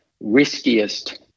riskiest